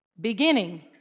beginning